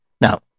now